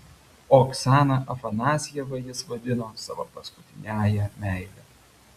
oksaną afanasjevą jis vadino savo paskutiniąja meile